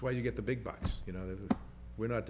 where you get the big bucks you know we're not